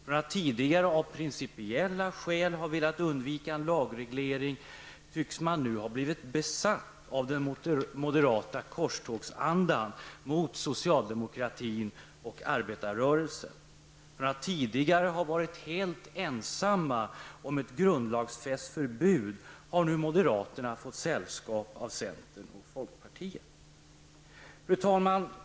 Tidigare har man av principiella skäl velat undvika en lagreglering, men nu tycks man ha blivit besatt av den moderata korstågsandan mot socialdemokratin och arbetarrörelsen. Från att tidigare ha varit helt ensamma om ett grundlagsfäst förbud har nu moderaterna fått sällskap av centern och folkpartiet. Fru talman!